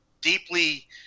deeply